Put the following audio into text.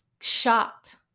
shocked